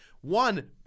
One